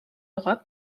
europe